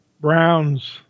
Browns